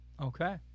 Okay